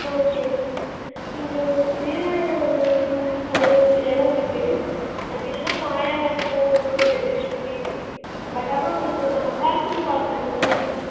okay ma'am இங்கே சீர்காழியில ஒரு ரூம் ஒரு இடம் இருக்கு அதில்லாமல் மாயாவரத்தில் ஒன்று இருக்கு வீடு பட் ஆனால் உங்களுக்கு கொஞ்சம் அட்டாச்சிடு பாத்ரூம் வராது